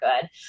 good